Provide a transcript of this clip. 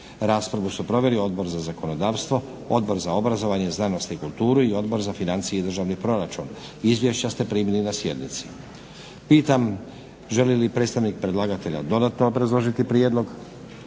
Raspravu su proveli Odbor za zakonodavstvo, Odbor za obrazovanje, znanost i kulturu i Odbor za financije i državni proračun. Izvješća ste primili na sjednici. Pitam želi li predstavnik predlagatelja dodatno obrazložiti prijedlog?